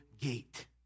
gate